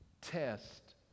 test